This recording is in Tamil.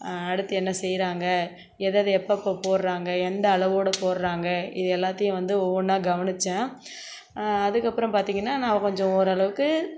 அடுத்து என்ன செய்யறாங்க எதை எதை எப்போ எப்போ போடறாங்க எந்த அளவோட போடறாங்க இது எல்லாத்தையும் வந்து ஒவ்வொன்றா கவனிச்சேன் அதுக்கு அப்புறம் பார்த்திங்கன்னா நான் கொஞ்சம் ஓரளவுக்கு